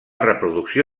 reproducció